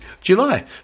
July